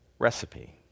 recipe